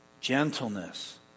Gentleness